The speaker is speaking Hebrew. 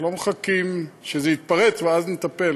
אנחנו לא מחכים שזה יתפרץ ואז נטפל.